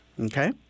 Okay